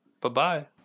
Bye-bye